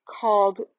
called